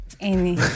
Amy